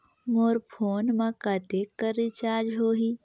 मोर phone मा कतेक कर रिचार्ज हो ही?